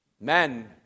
Men